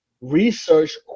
Research